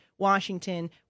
Washington